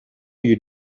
you